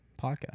podcast